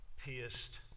pierced